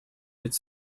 could